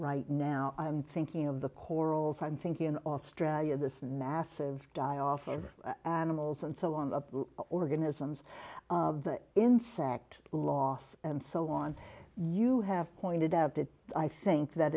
right now i'm thinking of the corals i'm thinking in australia this massive die off of animals and so on the organisms the insect loss and so on you have pointed out that i think that